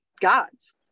gods